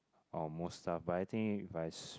on most stuff but I think if I s~